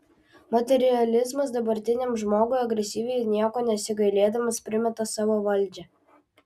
materializmas dabartiniam žmogui agresyviai nieko nesigailėdamas primeta savo valdžią